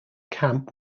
camp